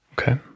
Okay